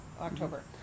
October